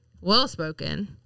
well-spoken